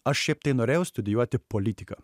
aš šiaip tai norėjau studijuoti politiką